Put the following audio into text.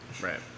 Right